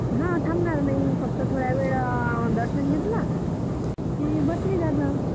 हा थांबणार नाही फक्त थोड्यावेळ दर्शन घेतलं की बसून जाणार